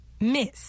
Miss